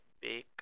big